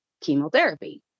chemotherapy